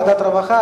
ועדת הרווחה,